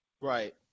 right